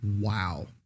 Wow